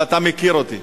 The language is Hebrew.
ואתה מכיר אותי.